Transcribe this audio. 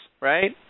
right